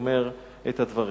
אומר את הדברים.